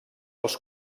els